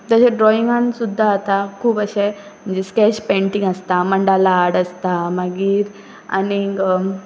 तशें ड्रॉइंगान सुद्दां आतां खूब अशे म्हणजे स्केच पेंटींग आसता मंडाला आर्ट आसता मागीर आनीक